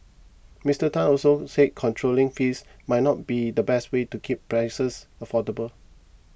Mister Tan also said controlling fees might not be the best way to keep prices affordable